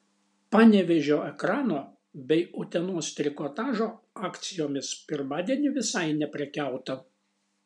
panevėžio ekrano bei utenos trikotažo akcijomis pirmadienį visai neprekiauta